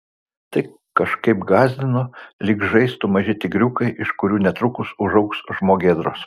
tai kažkaip gąsdino lyg žaistų maži tigriukai iš kurių netrukus užaugs žmogėdros